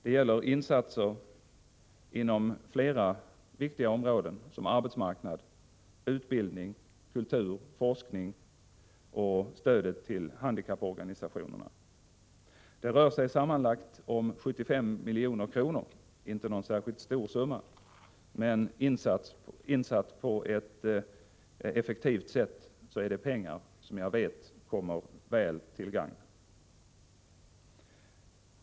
Det gäller insatser inom flera viktiga områden såsom arbetsmarknad, utbildning, kultur, forskning och stöd till handikapporganisationerna. Det rör sig sammanlagt om 75 milj.kr. Inte någon särskilt stor summa, men sätts pengarna in på ett effektivt sätt kommer de till nytta.